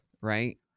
right